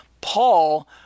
Paul